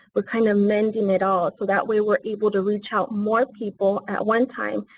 we're kind of mending it all so that way we're able to reach out more people at one time,